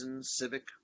civic